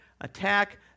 Attack